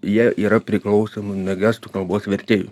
jie yra priklausomi nuo gestų kalbos vertėjų